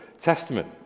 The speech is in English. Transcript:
Testament